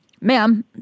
Ma'am